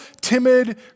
timid